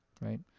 right